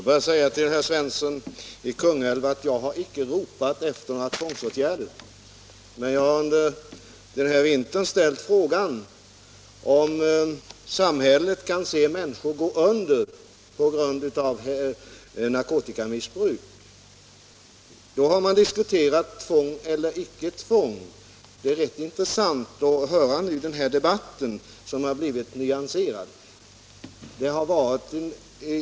Herr talman! Jag har, herr Svensson i Kungälv, icke ropat efter några tvångsåtgärder. Men under den gångna vintern har jag ställt frågan, om samhället kan se människor gå under på grund av narkotikamissbruk. Då har man diskuterat tvång eller icke tvång. I den här debatten är man mer nyanserad.